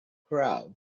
crowd